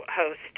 host